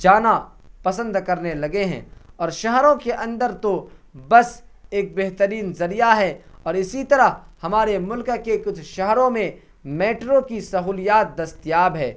جانا پسند کرنے لگے ہیں اور شہروں کے اندر تو بس ایک بہترین ذریعہ ہے اور اسی طرح ہمارے ملک کے کچھ شہروں میں میٹرو کی سہولیات دستیاب ہے